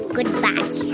Goodbye